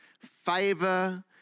favor